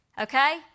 Okay